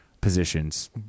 positions